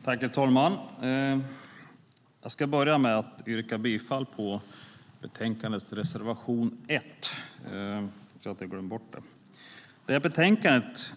Brottsbekämpande myndigheters tillgång till informations-systemet för viseringar Herr talman! Jag ska börja med att yrka bifall till reservation 1 i betänkandet. Betänkandet